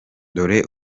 dore